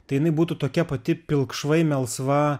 tai jinai būtų tokia pati pilkšvai melsva